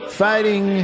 fighting